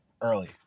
Early